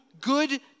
good